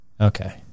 Okay